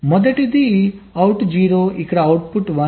మొదటిది అవుట్ 0 ఇక్కడ అవుట్పుట్ 1